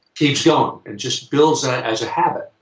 keeps going and just builds that as a habit.